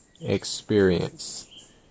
experience